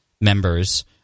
members